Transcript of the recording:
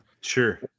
sure